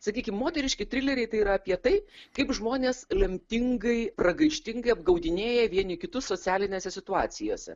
sakykim moteriški trileriai tai yra apie tai kaip žmonės lemtingai pragaištingai apgaudinėja vieni kitus socialinėse situacijose